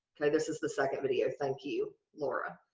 okay, this is the second video. thank you, laura.